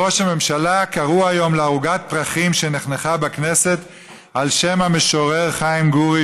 הממשלה קראו היום לערוגת הפרחים שנחנכה בכנסת על שם המשורר חיים גורי,